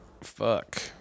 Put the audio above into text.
fuck